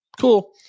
cool